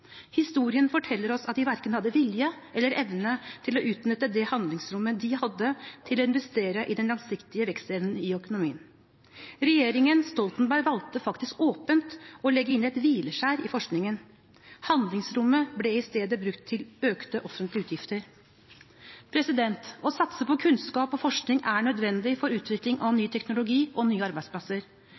Historien forteller oss at de selv hadde verken vilje eller evne til å utnytte handlingsrommet de hadde til å investere i den langsiktige vekstevnen i økonomien. Regjeringen Stoltenberg valgte faktisk åpent å legge inn et hvileskjær i forskningen. Handlingsrommet ble i stedet brukt til økte offentlige utgifter. Å satse på kunnskap og forskning er nødvendig for utvikling av ny teknologi og nye arbeidsplasser.